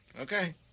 Okay